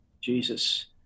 Jesus